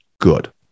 good